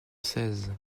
seize